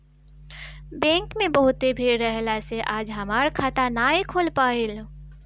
bank में बहुते भीड़ रहला से आज हमार खाता नाइ खुल पाईल